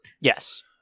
Yes